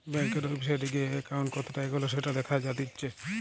বেংকের ওয়েবসাইটে গিয়ে একাউন্ট কতটা এগোলো সেটা দেখা জাতিচ্চে